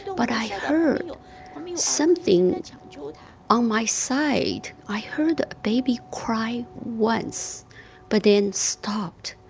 but i heard something on my side. i heard a baby cry once but then stop.